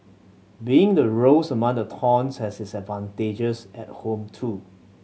being the rose among the thorns has its advantages at home too